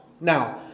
Now